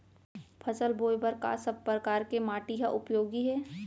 फसल बोए बर का सब परकार के माटी हा उपयोगी हे?